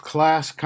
Class